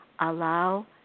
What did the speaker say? Allow